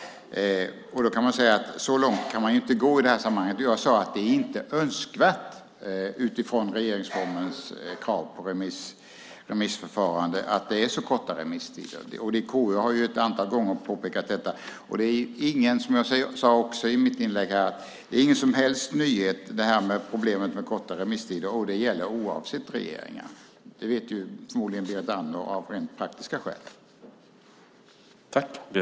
Så långt kan man ju inte gå i det här sammanhanget. Jag sade att det inte är önskvärt utifrån regeringsformens krav på remissförfarande att det är så korta remisstider, och KU har ett antal gånger påpekat detta. Som jag sade i mitt inlägg är problemet med korta remisstider ingen som helst nyhet. Det gäller oavsett regering. Det vet förmodligen Berit Andnor av rent praktiska erfarenheter.